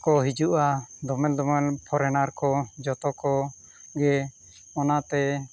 ᱠᱚ ᱦᱤᱡᱩᱜᱼᱟ ᱫᱚᱢᱮᱞ ᱫᱚᱢᱮᱞ ᱯᱷᱚᱨᱮᱱᱟᱨ ᱠᱚ ᱡᱚᱛᱚ ᱠᱚᱜᱮ ᱚᱱᱟᱛᱮ